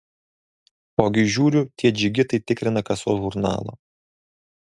ogi žiūriu tie džigitai tikrina kasos žurnalą